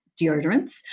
deodorants